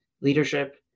leadership